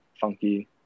funky